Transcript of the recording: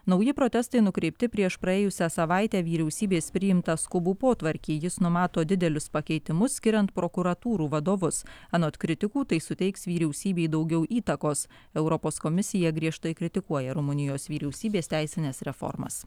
nauji protestai nukreipti prieš praėjusią savaitę vyriausybės priimtą skubų potvarkį jis numato didelius pakeitimus skiriant prokuratūrų vadovus anot kritikų tai suteiks vyriausybei daugiau įtakos europos komisija griežtai kritikuoja rumunijos vyriausybės teisines reformas